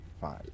Five